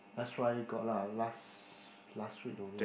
that's why got lah last last week only